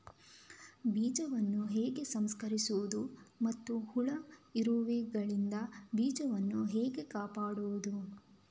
ಬೀಜವನ್ನು ಹೇಗೆ ಸಂಸ್ಕರಿಸುವುದು ಮತ್ತು ಹುಳ, ಇರುವೆಗಳಿಂದ ಬೀಜವನ್ನು ಹೇಗೆ ಕಾಪಾಡುವುದು?